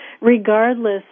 regardless